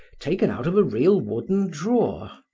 taken out of a real wooden drawer.